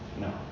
No